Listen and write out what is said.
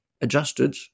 adjusted